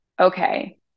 okay